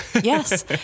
Yes